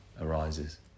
arises